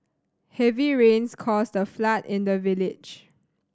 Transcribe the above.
heavy rains caused a flood in the village